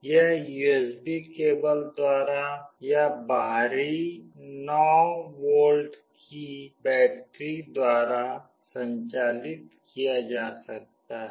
यह USB cable द्वारा या बाहरी 9 वोल्ट की बैटरी द्वारा संचालित किया जा सकता है